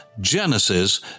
Genesis